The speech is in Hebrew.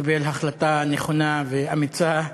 שקיבל החלטה נכונה ואמיצה,